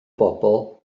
bobl